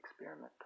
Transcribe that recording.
experiment